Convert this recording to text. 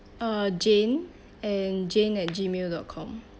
uh jane and jane at Gmail dot com